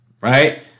right